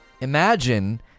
Imagine